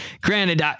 granted